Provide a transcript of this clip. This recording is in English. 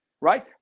right